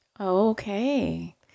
okay